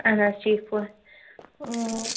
اَہَن حظ ٹھیٖک پٲٹھۍ